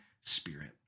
Spirit